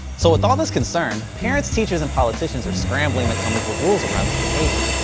so with all this concern, parents, teachers and politicians are scrambling to come up with rules around this behavior.